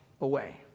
away